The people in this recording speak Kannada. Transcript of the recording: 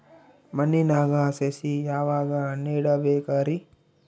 ಮಣ್ಣಿನಾಗ ಸಸಿ ಯಾವಾಗ ನೆಡಬೇಕರಿ?